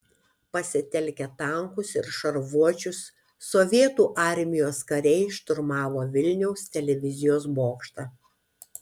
pasitelkę tankus ir šarvuočius sovietų armijos kariai šturmavo vilniaus televizijos bokštą